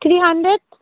three hundred